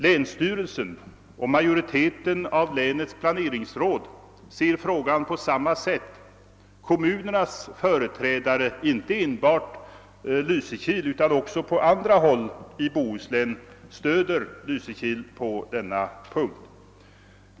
Länsstyrelsen och majoriteten i länets planeringsråd ser frågan på samma sätt. Kommunernas företrädare, inte enbart Lysekils utan också på andra håll i Bohuslän, stöder Lysekil på denna punkt.